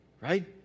right